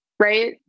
Right